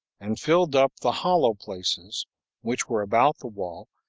and filled up the hollow places which were about the wall,